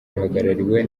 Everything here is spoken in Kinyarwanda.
ruhagarariwe